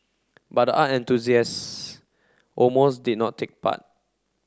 but the art enthusiast almost did not take part